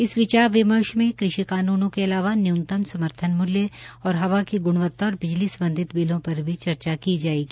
इस विचार विमर्श में किसान में कृषि कानूनों के अलावा न्यूनतम समर्थन मूल्य और हवा की ग्रणवत्ता और बिजली सम्बधित बिलों पर भी चर्चा की जायेगी